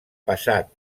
passat